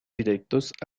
directos